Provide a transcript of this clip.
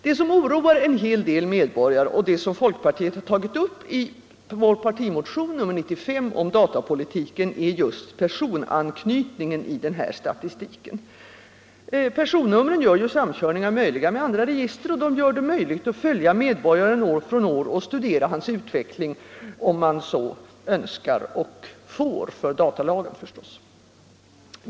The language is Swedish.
Det som oroar en hel del medborgare och som folkpartiet har tagit upp i sin partimotion nr 95 om datapolitiken är just personanknytningen i denna statistik. Personnumren gör samkörningar möjliga med andra register, och de gör det möjligt att följa medborgaren år från år och studera hans utveckling, om man så önskar — och får för datalagen förstås.